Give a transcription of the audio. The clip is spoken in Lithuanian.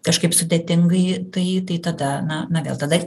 kažkaip sudėtingai tai tai tada na na vėl tada